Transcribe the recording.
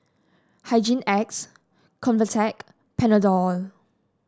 Hygin X Convatec Panadol